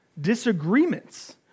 disagreements